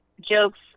jokes